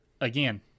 again